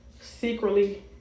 secretly